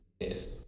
Yes